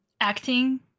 acting